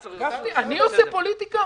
גפני, אני עושה פוליטיקה?